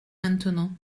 maintenant